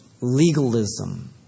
legalism